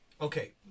okay